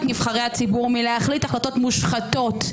נבחרי הציבור מלהחליט החלטות מושחתות.